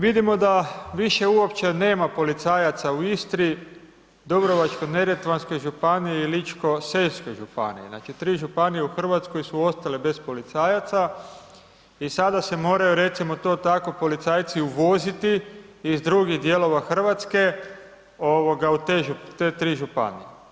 Vidimo da više uopće nema policajaca u Istri, Dubrovačko-neretvanskoj županiji i Ličko-senjskoj županiji, znači 3 županije u Hrvatskoj su ostale bez policajaca i sada se moraju recimo to tako policajci uvoziti iz drugih dijelova Hrvatske ovoga u te tri županije.